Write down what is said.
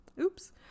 oops